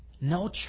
no